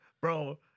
bro